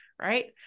right